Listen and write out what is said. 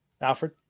Alfred